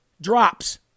Drops